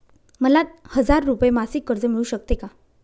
मला हजार रुपये मासिक कर्ज मिळू शकते का?